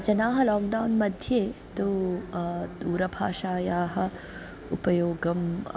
जनाः लाक्डौन्मध्ये तु दूरभाषायाः उपयोगम्